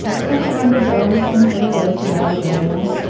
several hundred dollars and several wasted hours earlier.